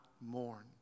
mourn